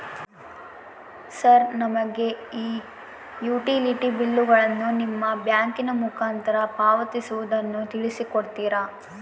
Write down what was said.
Sir ನಮಗೆ ಈ utility ಬಿಲ್ಲುಗಳನ್ನು ನಿಮ್ಮ ಬ್ಯಾಂಕಿನ ಮುಖಾಂತರ ಪಾವತಿಸುವುದನ್ನು ತಿಳಿಸಿ ಕೊಡ್ತೇರಾ?